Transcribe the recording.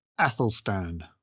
Athelstan